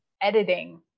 editing